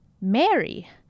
Mary